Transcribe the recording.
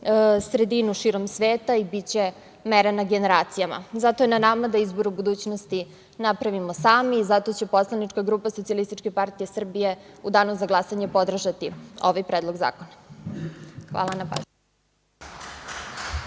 sredinu širom sveta i biće mera na generacijama. Zato je na nama da izbor u budućnosti napravimo sami i zato će poslanička grupa SPS u danu za glasanje podržati ovaj predlog zakona. Hvala. **Muamer